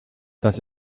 dass